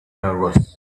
nervous